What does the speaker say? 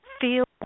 Feel